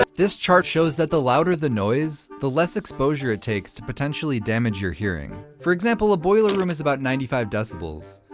but this chart shows that the louder the noise, the less exposure it takes to potentially damage your hearing. for example, a boiler room is about ninety five decibels,